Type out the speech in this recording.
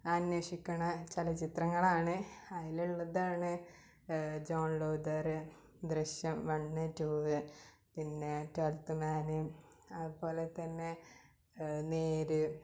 അന്വേഷിക്കുന്ന ചലചിത്രങ്ങളാണ് അതിലുള്ളതാണ് John Luther Drishyam one two പിന്നെ ട്വൽത്ത് മാന് അതുപോലെ തന്നെ നേര്